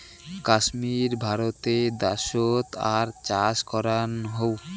কাশ্মীর ভারতে দ্যাশোত আর চাষ করাং হউ